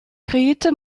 grete